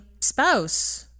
spouse